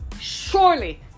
Surely